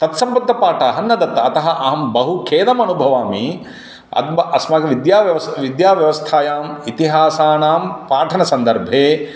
तत्सम्बद्धाः पाठाः न दत्ताः अतः अहं बहु खेदमनुभवामि अब्ब अस्माकं विद्याव्यवस्था विद्याव्यवस्थायाम् इतिहासानां पाठनसन्दर्भे